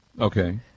Okay